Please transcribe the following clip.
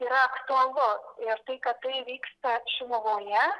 yra aktualu ir tai kad tai vyksta šiluvoje